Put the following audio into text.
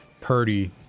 Purdy